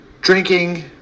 drinking